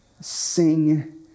sing